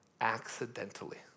Accidentally